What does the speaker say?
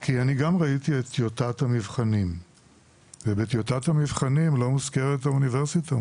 כי גם ראיתי את טיוטת המבחנים ובה לא מוזכרת האוניברסיטה,